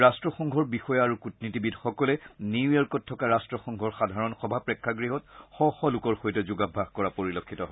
ৰাট্টসংঘৰ বিষয়া আৰু কূটনীতিবিদসকলে নিউয়ৰ্কত থকা ৰাট্টসংঘৰ সাধাৰণ সভা প্ৰেক্ষাগৃহত শ শ লোকৰ সৈতে যোগাভ্যাস কৰা পৰিলক্ষিত হয়